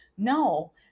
No